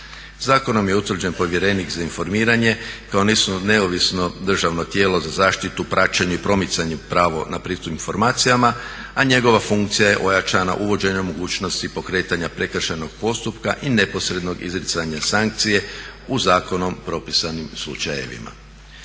Zakonom je utvrđen povjerenik za informiranje kao neovisno državno tijelo za zaštitu, praćenje i promicanje prava na pristup informacijama, a njegova funkcija je ojačana uvođenjem mogućnosti pokretanja prekršajnog postupka i neposrednog izricanja sankcije u zakonom propisanim slučajevima.